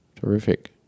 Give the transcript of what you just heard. terrific